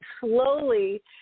slowly